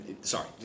sorry